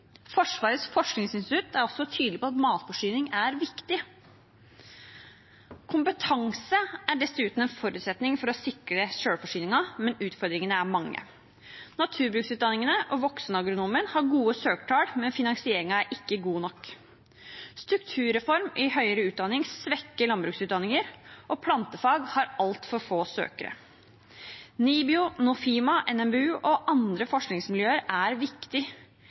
Forsvarets forskningsinstitutt er også tydelig på at matforsyning er viktig. Kompetanse er dessuten en forutsetning for å sikre selvforsyningen, men utfordringene er mange. Naturbruksutdanningene og voksenagronomen har gode søkertall, men finansieringen er ikke god nok. Strukturreform i høyere utdanning svekker landbruksutdanninger, og plantefag har altfor få søkere. Nibio, Nofima, NMBU og andre forskningsmiljøer er